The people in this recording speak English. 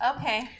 Okay